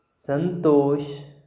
Santosh